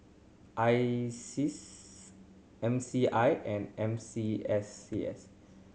ISEAS M C I and N C S C S